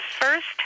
first